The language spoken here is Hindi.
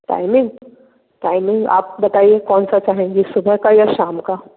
टाइमिंग टाइमिंग आप बताइए कौन सा चाहेंगी सुबह का या शाम का